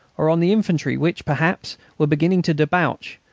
or on the infantry, which, perhaps, were beginning to debouch,